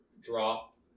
drop